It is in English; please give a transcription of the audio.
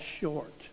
short